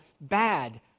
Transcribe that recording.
bad